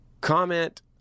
Comment